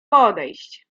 podejść